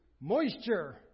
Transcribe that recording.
Moisture